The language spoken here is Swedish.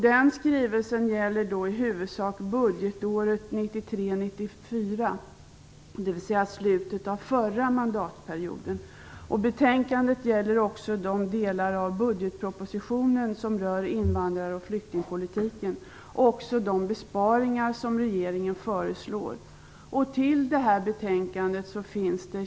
Den skrivelsen gäller i huvudsak budgetåret 1993/94, dvs. slutet av förra mandatperioden. Betänkandet gäller också de delar av budgetpropositionen som rör invandrar och flyktingpolitiken och också de besparingar som regeringen föreslår.